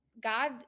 God